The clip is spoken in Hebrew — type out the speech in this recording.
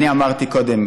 אני אמרתי קודם,